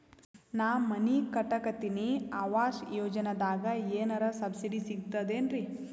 ನಾ ಮನಿ ಕಟಕತಿನಿ ಆವಾಸ್ ಯೋಜನದಾಗ ಏನರ ಸಬ್ಸಿಡಿ ಸಿಗ್ತದೇನ್ರಿ?